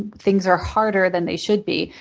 things are harder than they should be.